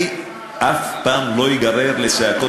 אני אף פעם לא אגרר לצעקות.